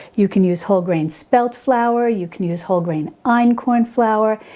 you can use whole grain spelt flour. you can use whole grain einkorn flour.